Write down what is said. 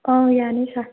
ꯑꯥ ꯌꯥꯅꯤ ꯁꯥꯔ